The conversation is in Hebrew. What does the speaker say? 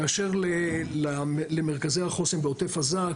כאשר למרכזי החוסן בעוטף עזה,